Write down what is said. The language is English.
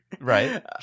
right